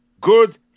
good